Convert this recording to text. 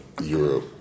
Europe